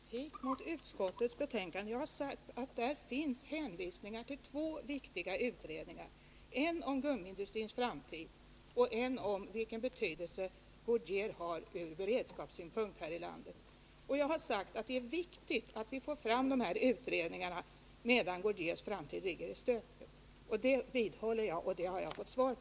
Herr talman! Jag har inte uttalat någon kritik mot utskottets betänkande. Vad jag har sagt är att där finns hänvisningar till två viktiga utredningar: en om gummiindustrins framtid och en om vilken betydelse Goodyear har ur beredskapssynpunkt här i landet. Det är, som jag också har sagt, viktigt att vi får fram de här utredningarna innan Goodyears framtid går i stöpet. Det vidhåller jag, och mina frågor i det avseendet har jag fått svar på.